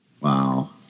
Wow